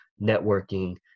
networking